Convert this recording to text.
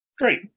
Great